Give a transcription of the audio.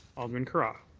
alderman carra.